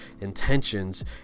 intentions